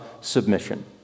submission